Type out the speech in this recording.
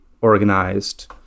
organized